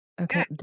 Okay